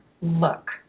look